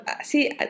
See